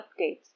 updates